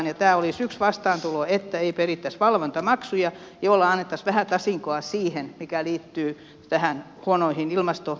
ja tämä olisi yksi vastaantulo että ei perittäisi valvontamaksuja millä annettaisiin vähän tasinkoa siihen mikä liittyy näihin huonoihin ilmasto olosuhteisiin